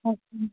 ఓకేనండి